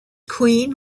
queen